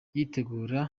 yitegura